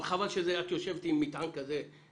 אבל חבל שאת יושבת עם מטען כזה.